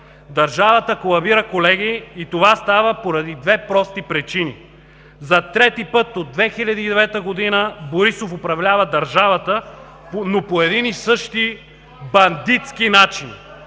Държавата колабира, колеги, и това става поради две прости причини: за трети път от 2009 г. Борисов управлява държавата, но по един и същи бандитски начин.